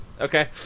okay